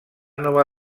nova